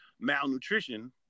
malnutrition